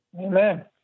amen